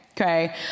Okay